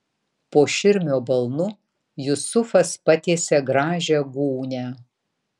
po širmio balnu jusufas patiesė gražią gūnią